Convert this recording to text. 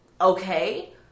okay